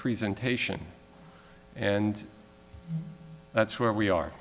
presentation and that's where we are